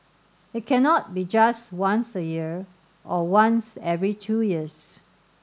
it cannot be just once a year or once every two years